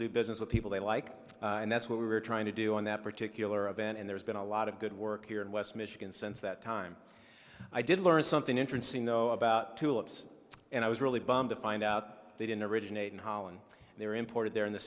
do business with people they like and that's what we were trying to do on that particular event and there's been a lot of good work here in west michigan since that time i did learn something interesting though about tulips and i was really bummed to find out they didn't originate in holland they were imported there in the